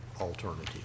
alternative